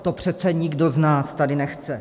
To přece nikdo z nás tady nechce.